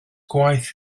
gwaith